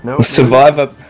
Survivor